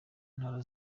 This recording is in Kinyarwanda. ntara